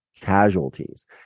casualties